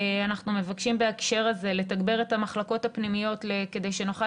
אנחנו מבקשים בהקשר הזה לתגבר את המחלקות הפנימיות כדי שנוכל